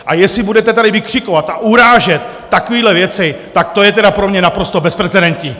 A jestli budete tady vykřikovat a urážet takové věci, tak to je tedy pro mě naprosto bezprecedentní!